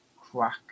crack